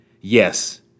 yes